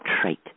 trait